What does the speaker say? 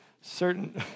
Certain